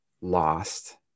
lost